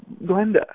Glenda